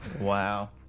Wow